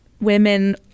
women